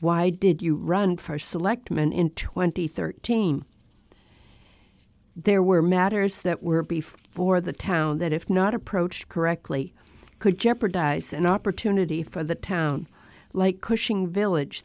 why did you run for selectman in twenty thirteen there were matters that were before the town that if not approached correctly could jeopardize an opportunity for the town like cushing village